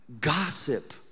gossip